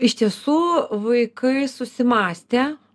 iš tiesų vaikai susimąstė